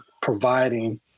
providing